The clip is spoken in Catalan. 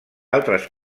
altres